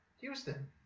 Houston